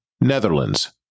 Netherlands